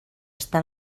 està